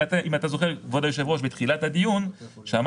קודם